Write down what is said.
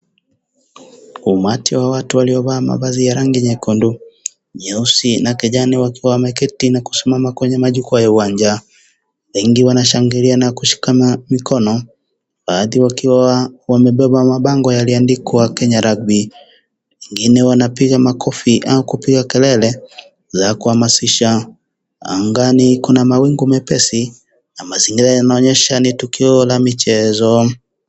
Umati wa watu walio vaa mavazi ya rangi nyekundu, nyeusi na kijani wakiwa wameketi nakusmama kwenye majukwaa ya uwanja. wengi wanashangilia na kushkana mikomo, baathi wakiwa, wamebeba mabango yaliandikwa Kenya (cs) rugby (cs), wengine wanapiga makofi au kupiga kelele ya kuhamasisha, angani kuna mawingu mepesi, na mazingira yanaonyesha ni tukio la michezo.